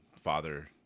father